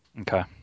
Okay